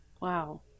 Wow